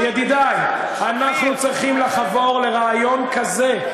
ידידי, אופיר, אנחנו צריכים לחבור לרעיון כזה.